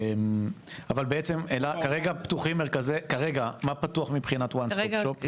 אבל בעצם אלה, כרגע מה פתוח מבחינת ONE STOP SHOP?